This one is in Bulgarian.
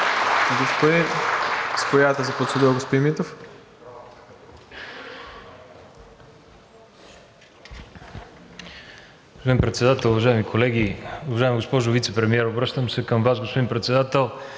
Господин Председател, уважаеми колеги, уважаема госпожо Вицепремиер! Обръщам се към Вас, господин Председател